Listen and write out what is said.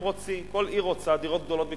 כל עיר רוצה דירות גדולות בתחומה,